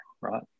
right